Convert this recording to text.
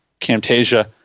Camtasia